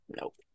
nope